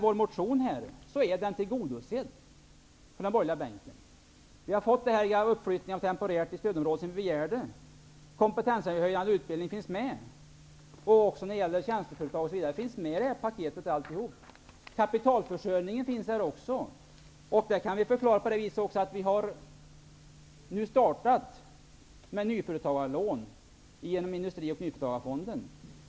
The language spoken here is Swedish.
Vår motion från den borgerliga bänken har blivit tillgodosedd. Vi har fått den temporära uppflyttning i stödområde som vi har begärt. Kompetenshöjande utbildning, tjänsteföretag m.m. ingår i paketet. Kapitalförsörjningen finns också med. Vi har startat med nyföretagarlån genom industri och nyföretagarfonden.